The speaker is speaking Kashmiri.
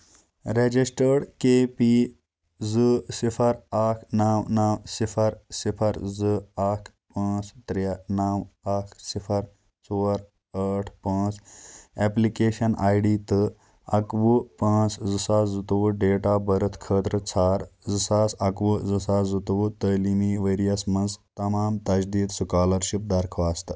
ریجسٹٲڈ کے پی زٕ صِفر اکھ نو نو صِفر صِفر زٕ اکھ پانٛژھ ترے نو اکھ ژور ٲٹھ پانٛژھ ایپلکیشن آی ڈی تہٕ اَکہٕ وُہ پانٛژھ زٕ ساس زٕتووُہ ڈیٹ آف بٔرٕتھ خٲطرٕ ژھار زٕ ساس اَکہٕ وُہ زٕ ساس زٕتوُوہ تٲلیٖمی ؤرۍ یَس مَنٛز تمام تجدیٖد سُکالرشپ درخواستہٕ